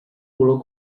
color